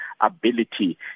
ability